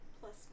Plus